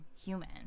human